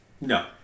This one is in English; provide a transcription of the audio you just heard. No